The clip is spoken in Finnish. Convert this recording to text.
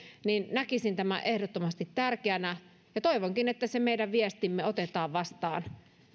näkisin tämän ehdottomasti tärkeänä ja toivonkin että meidän viestimme otetaan vastaan